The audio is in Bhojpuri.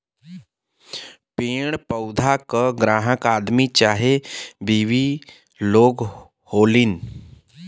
पेड़ पउधा क ग्राहक आदमी चाहे बिवी लोग होलीन